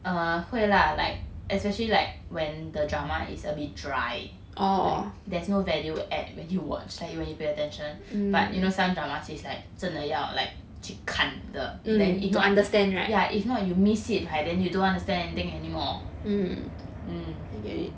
err 会 lah like especially like when the drama is a bit dry like there's no value add when you watch like you when you pay attention but you know some dramas is like 真的要 like 去看的 then if not you miss it right you don't understand anything anymore mm